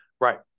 right